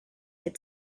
had